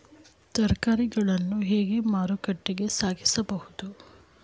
ತರಕಾರಿಗಳನ್ನು ಹೇಗೆ ಮಾರುಕಟ್ಟೆಗೆ ಸಾಗಿಸಬಹುದು?